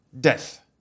Death